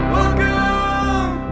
Welcome